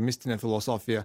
mistine filosofija